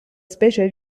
specie